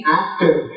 active